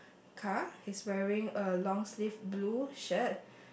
car he's wearing a long sleeved blue shirt